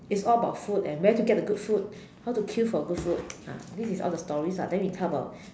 it's all about food and where to get the good food how to queue for good food ah this is all the stories lah then we tell about